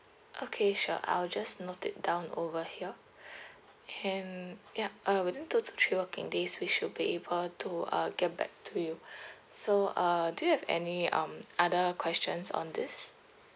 okay sure I'll just note it down over here can yup uh within two to three working days we should be able to uh get back to you so uh do you have any um other questions on this